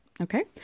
Okay